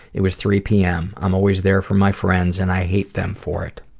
it was three pm. i'm always there for my friends and i hate them for it.